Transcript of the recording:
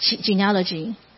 Genealogy